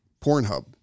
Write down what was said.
Pornhub